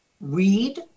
read